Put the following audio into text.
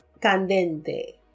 candente